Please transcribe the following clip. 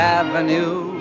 avenue